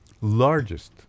largest